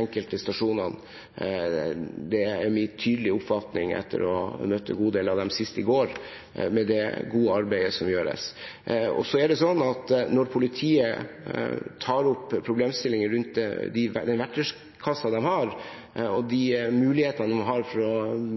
enkelte stasjonene. Det er min tydelige oppfatning etter å ha møtt en god del av dem, sist i går, med det gode arbeidet som gjøres. Når politiet tar opp problemstillinger rundt den verktøykassen de har, og de mulighetene de har for å